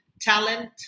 talent